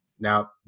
Now